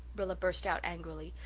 rilla burst out angrily.